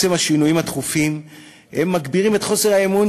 השינויים התכופים מגבירים את חוסר האמון